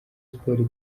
sports